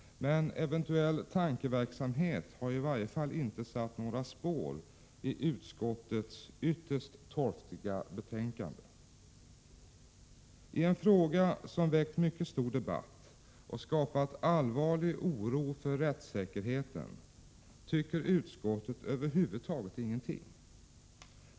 Men eventuell tankeverksamhet har i varje fall inte satt några spår i utskottets ytterst torftiga betänkande. I en fråga som väckt mycket stor debatt och skapat allvarlig oro för rättssäkerheten tycker utskottet över huvud taget ingenting.